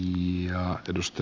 iiaa edusti